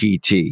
pt